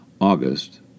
August